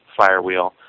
Firewheel